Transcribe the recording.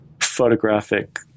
photographic